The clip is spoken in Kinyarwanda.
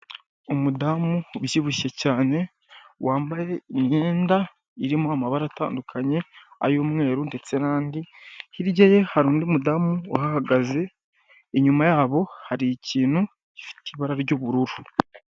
Umudamu ubyibushye cyane wambaye imyenda irimo amabara atandukanye ay'umweru ndetse n'andi, hirya ye hari undi mudamu uhagaze inyuma yabo hari ikintu gifite ibara ry'ubururu.